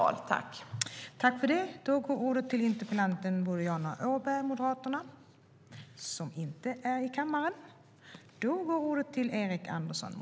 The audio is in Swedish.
Tredje vice talmannen konstaterade att Boriana Åberg, som framställt interpellationen, inte var närvarande i kammaren.